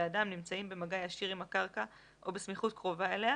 אדם נמצאים במגע ישיר עם הקרקע או בסמיכות קרובה אליה